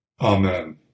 Amen